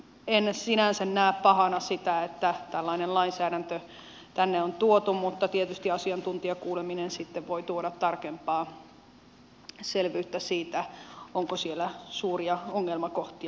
en sinänsä näe pahana sitä että tällainen lainsäädäntö tänne on tuotu mutta tietysti asiantuntijakuuleminen sitten voi tuoda tarkempaa selvyyttä siitä onko siellä suuria ongelmakohtia